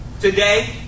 Today